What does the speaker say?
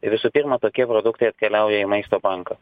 visų pirma tokie produktai atkeliauja į maisto banko